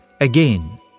again